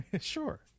Sure